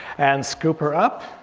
and scoop her up